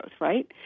right